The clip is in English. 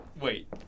Wait